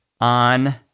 on